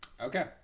okay